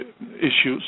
issues